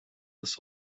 this